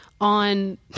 on